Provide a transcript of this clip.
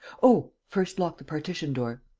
oh, first lock the partition-door!